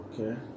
Okay